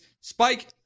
Spike